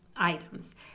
items